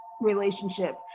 relationship